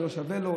זה לא שווה לו,